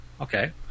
Okay